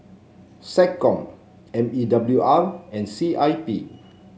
SecCom M E W R and C I P